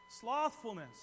Slothfulness